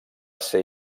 ser